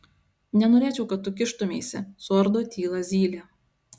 nenorėčiau kad tu kištumeisi suardo tylą zylė